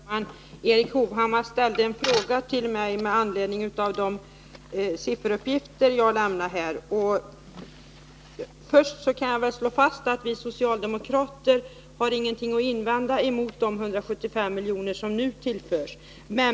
Fru talman! Erik Hovhammar ställde en fråga till mig med anledning av den sifferuppgift jag här lämnat. Först och främst kan jag väl slå fast att vi socialdemokrater ingenting har att invända mot de 175 milj.kr. som nu tillförs.